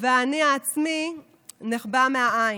והאני העצמי נחבא מהעין.